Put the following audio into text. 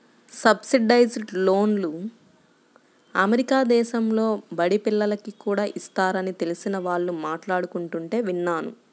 subsidised లోన్లు America దేశంలో బడి పిల్లోనికి కూడా ఇస్తారని తెలిసిన వాళ్ళు మాట్లాడుకుంటుంటే విన్నాను